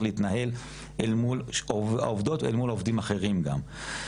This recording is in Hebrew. להתנהל אל מול העובד ואל מול עובדים אחרים גם.